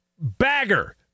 bagger